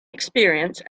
experience